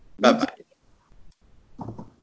Bye-bye